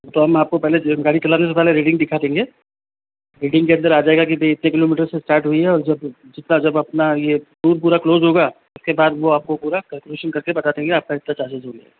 तो हम आपको पहले से ही गाड़ी चलाने से पहले रीडिंग दिखा देंगे रीडिंग के अन्दर आ जाएगा की भाई इतने किलोमीटर से स्टार्ट हुई है और जो जितना जब अपना यह टूर पूरा क्लोज़ होगा उसके बाद वो आपको पूरा केल्कुलेशन करके बता देंगे आपका इतना चार्जेज़ हो गया है